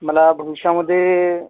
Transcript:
मला भविष्यामध्ये